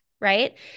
right